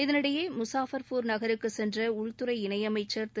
இதனிடையே முகாஃபா்பூர் நகருக்கு சென்ற உள்துறை இணையமைச்சர் திரு